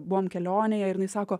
buvom kelionėje ir jinai sako